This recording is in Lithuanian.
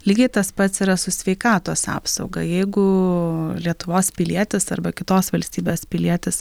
lygiai tas pats yra su sveikatos apsauga jeigu lietuvos pilietis arba kitos valstybės pilietis